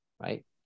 right